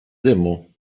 dymu